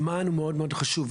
הזמן הוא מאוד מאוד חשוב.